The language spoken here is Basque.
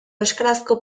euskarazko